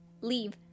Leave